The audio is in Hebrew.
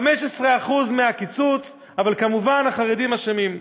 15% מהקיצוץ, אבל כמובן החרדים אשמים.